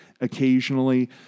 occasionally